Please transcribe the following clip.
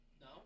No